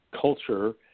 culture